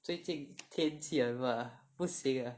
最近天气很热不行 uh